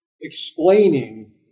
explaining